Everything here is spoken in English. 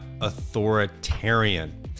authoritarian